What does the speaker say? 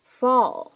fall